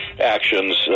actions